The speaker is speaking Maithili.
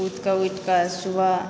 सुतिके उठिके सुबह